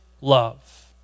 love